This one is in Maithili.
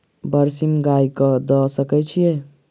बरसीम गाय कऽ दऽ सकय छीयै?